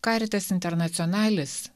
caritas internationalis